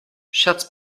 scherz